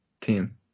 team